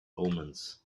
omens